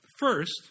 First